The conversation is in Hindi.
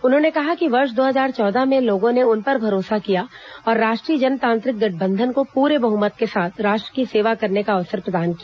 उन्होंने कहा कि वर्ष दो हजार चौदह में लोगों ने उन पर भरोसा किया और राष्ट्रीय जनतांत्रिक गठबंधन को पूरे बहमत के साथ राष्ट्र की सेवा करने का अवसर प्रदान किया